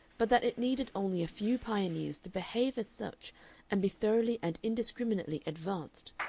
but that it needed only a few pioneers to behave as such and be thoroughly and indiscriminately advanced,